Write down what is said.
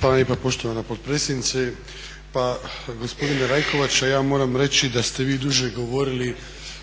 Hvala lijepa poštovana potpredsjednice. Pa gospodine Rajkovača, ja moram reći da ste vi duže govorili